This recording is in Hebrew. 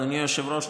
אדוני היושב-ראש,